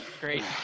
great